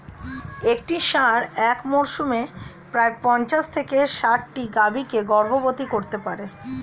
একটি ষাঁড় এক মরসুমে প্রায় পঞ্চাশ থেকে ষাটটি গাভী কে গর্ভবতী করতে পারে